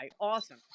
awesome